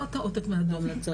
לא את העותק מהדו"ח.